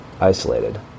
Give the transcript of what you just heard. isolated